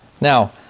Now